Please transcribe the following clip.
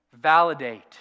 validate